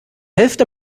hälfte